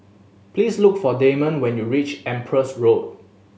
please look for Damond when you reach Empress Road